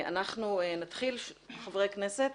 נתחיל עם חברי הכנסת.